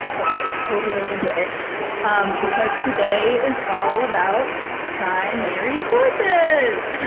hopefully. i will be really into it because today is all about primary sources,